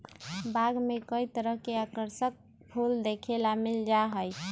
बाग में कई तरह के आकर्षक फूल देखे ला मिल जा हई